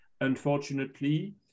unfortunately